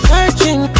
Searching